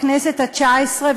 בכנסת התשע-עשרה,